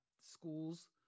schools